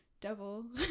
devil